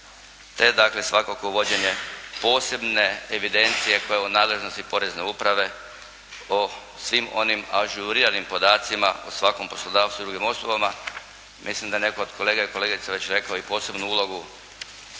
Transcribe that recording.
te dakle svakako uvođenje posebne evidencije koja je u nadležnosti Porezne uprave o svim onim ažuriranim podacima, o svakom poslodavcu i drugim osobama. Mislim da je netko od kolega i kolegica već rekao i posebnu ulogu